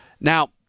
Now